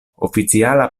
oficiala